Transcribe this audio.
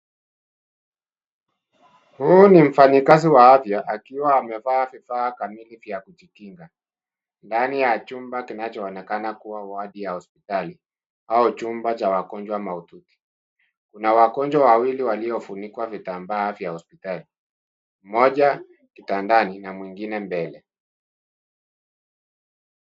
Huu ni mfanyikazi wa afya , akiwa amevaa vifaa kamili vya kujikinga, ndani ya chumba kinachoonekana kuwa wadi ya hospitali au chumba cha wagonjwa mahututi. Kuna wagonjwa wawili waliofunikwa vitambaa vya hospitali. Mmoja kitandani na mwingine mbele.